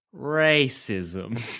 racism